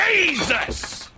Jesus